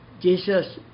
Jesus